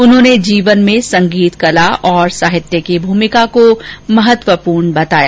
उन्होंने जीवन में संगीत कला और साहित्य की भूमिका को महत्वपूर्ण बताया